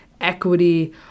equity